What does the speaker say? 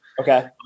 Okay